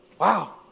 Wow